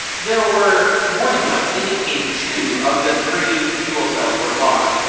there were warning lights indicating two of the three fuel cells were lost.